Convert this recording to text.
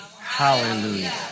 Hallelujah